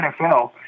NFL